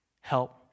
help